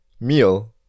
meal